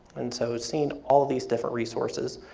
and so, seeing all these different resources,